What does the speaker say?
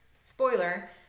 spoiler